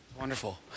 Wonderful